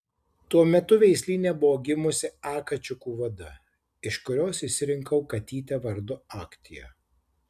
tuo metu veislyne buvo gimusi a kačiukų vada iš kurios išsirinkau katytę vardu aktia